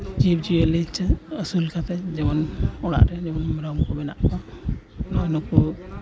ᱡᱤᱵᱽᱼᱡᱤᱭᱟᱹᱞᱤ ᱟᱹᱥᱩᱞ ᱠᱟᱛᱮᱫ ᱡᱮᱢᱚᱱ ᱚᱲᱟᱜ ᱨᱮ ᱡᱮᱢᱚᱱ ᱢᱮᱨᱚᱢ ᱠᱚ ᱢᱮᱱᱟᱜ ᱠᱚᱣᱟ ᱱᱚᱜᱼᱚᱭ ᱱᱩᱠᱩ